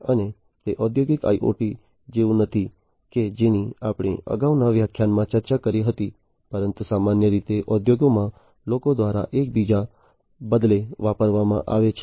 અને તે ઔદ્યોગિક IoT જેવું નથી કે જેની આપણે અગાઉના વ્યાખ્યાનમાં ચર્ચા કરી હતી પરંતુ સામાન્ય રીતે ઉદ્યોગોમાં લોકો દ્વારા એકબીજાના બદલે વાપરવામાં આવે છે